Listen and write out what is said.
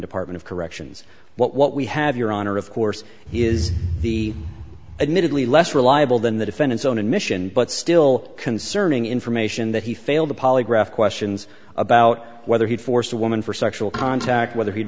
department of corrections what what we have your honor of course he is the admittedly less reliable than the defendant's own admission but still concerning information that he failed a polygraph questions about whether he forced a woman for sexual contact whether he